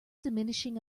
diminishing